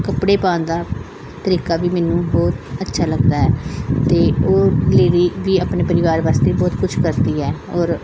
ਕੱਪੜੇ ਪਾਉਣ ਦਾ ਤਰੀਕਾ ਵੀ ਮੈਨੂੰ ਬਹੁਤ ਅੱਛਾ ਲੱਗਦਾ ਹੈ ਅਤੇ ਉਹ ਲੇਡੀਜ਼ ਵੀ ਆਪਣੇ ਪਰਿਵਾਰ ਵਾਸਤੇ ਬਹੁਤ ਕੁਛ ਕਰਦੀ ਹੈ ਔਰ